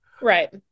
Right